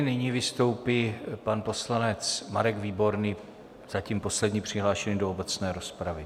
Nyní vystoupí pan poslanec Marek Výborný, zatím poslední přihlášený do obecné rozpravy.